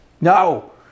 no